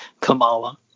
Kamala